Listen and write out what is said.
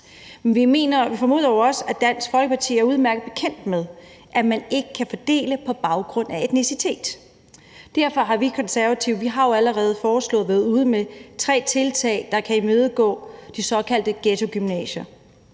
vi formoder jo også, at Dansk Folkeparti er udmærket bekendt med, at man ikke kan fordele på baggrund af etnicitet. Derfor har vi Konservative jo allerede foreslået og været ude med tre tiltag, der kan imødegå de såkaldte ghettogymnasier.